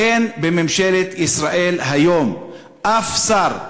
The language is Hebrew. אין בממשלת ישראל היום אף שר,